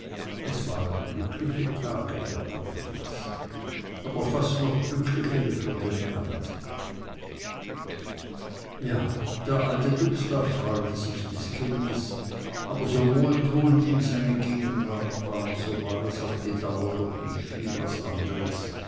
es waren glückliche tage für agnes aber fast noch glücklichere für den alten ja der alte dubslav freute sich des kindes aber so wohltuend ihm seine gegenwart war so war es auf die dauer doch nicht viel was andres